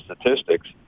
statistics